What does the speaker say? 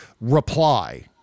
reply